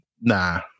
nah